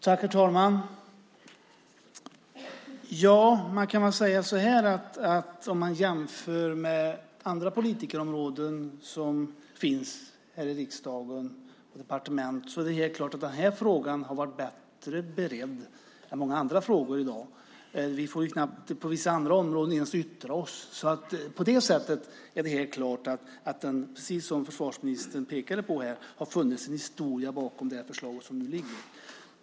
Herr talman! Om man jämför med andra politikområden som finns här i riksdagen och på departementen är det klart att denna fråga har blivit bättre beredd än många andra frågor. På vissa andra områden får vi knappt ens yttra oss. På det sättet är det helt klart, precis som försvarsministern pekade på här, att det har funnits en historia bakom det föreliggande förslaget.